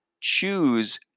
choose